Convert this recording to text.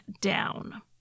down